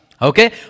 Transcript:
Okay